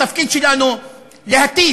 התפקיד שלנו להטיף,